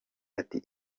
ati